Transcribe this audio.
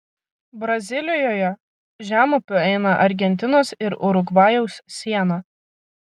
brazilijoje žemupiu eina argentinos ir urugvajaus siena